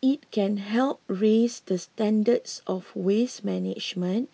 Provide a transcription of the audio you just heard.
it can help raise the standards of waste management